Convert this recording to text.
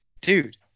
dude